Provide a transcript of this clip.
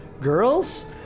girls